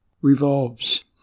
revolves